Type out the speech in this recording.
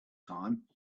time